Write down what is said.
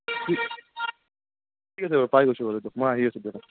ঠিক ঠিক আছে বাৰু পাই গৈছোঁ বাৰু দিয়ক মই আহি আছোঁ দিয়ক অঁ